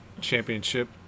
Championship